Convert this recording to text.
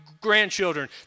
grandchildren